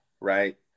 right